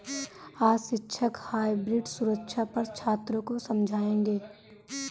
आज शिक्षक हाइब्रिड सुरक्षा पर छात्रों को समझाएँगे